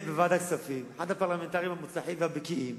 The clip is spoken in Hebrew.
ובוועדת הכספים אתה אחד הפרלמנטרים המוצלחים והבקיאים,